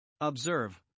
Observe